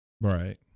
Right